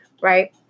right